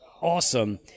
awesome